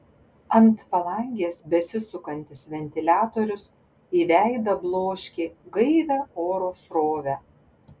ant palangės besisukantis ventiliatorius į veidą bloškė gaivią oro srovę